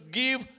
give